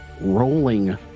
rolling